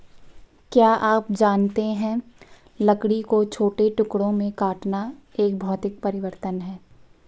क्या आप जानते है लकड़ी को छोटे टुकड़ों में काटना एक भौतिक परिवर्तन है?